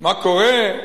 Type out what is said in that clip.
מה קורה?